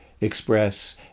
express